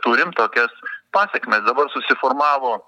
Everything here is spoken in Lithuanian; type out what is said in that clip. turim tokias pasekmes dabar susiformavo